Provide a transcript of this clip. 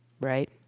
right